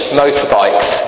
motorbikes